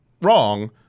wrong